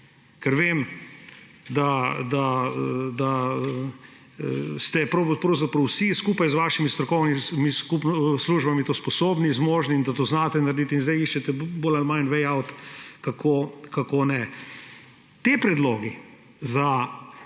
ker vem, da ste vsi skupaj z vašimi strokovnimi službami to sposobni, zmožni in da to znate narediti in zdaj iščete bolj ali manj way out, kako ne narediti. Ti predlogi za